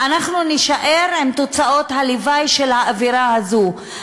אנחנו נישאר עם תוצאות הלוואי של האווירה הזאת,